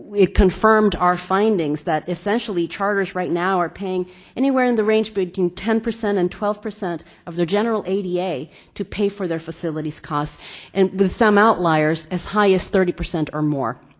it confirmed our findings that essentially charters right now are paying anywhere in the range between ten percent and twelve percent of their general ada to pay for their facilities costs and with some outliers, as high as thirty percent or more.